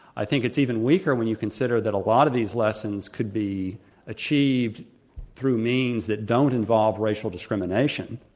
i think it's even weaker when you consider that a lot of these lessons could be achieved through means that don't involve racial discrimination.